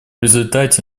результате